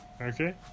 Okay